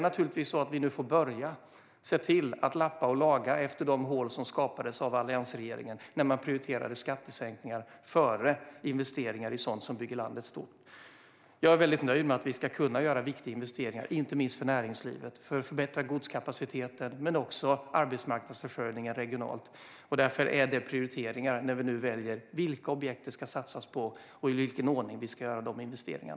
Nu får vi börja lappa och laga de hål som skapades av alliansregeringen, som prioriterade skattesänkningar före investeringar i sådant som bygger landet stort. Jag är nöjd med att vi ska kunna göra viktiga investeringar, inte minst för näringslivet, för att förbättra godskapaciteten men också arbetsmarknadsförsörjningen regionalt. Detta är därför prioriteringar när vi nu väljer vilka objekt det ska satsas på och i vilken ordning vi ska göra dessa investeringar.